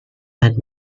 and